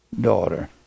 daughter